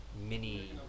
mini